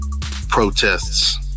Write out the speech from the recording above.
protests